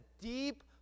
deep